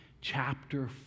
chapter